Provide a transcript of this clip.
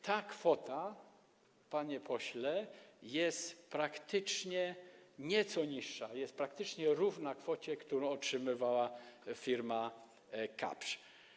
Ta kwota, panie pośle, jest praktycznie nieco niższa, jest praktycznie równa kwocie, którą otrzymywała firma Kapsch.